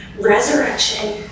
resurrection